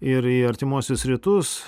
ir į artimuosius rytus